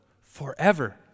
forever